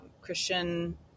Christian